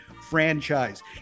franchise